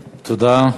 תודה.